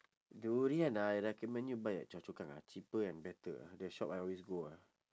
durian ah I recommend you buy at choa chu kang ah cheaper and better ah the shop I always go ah